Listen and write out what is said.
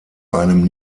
einem